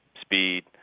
speed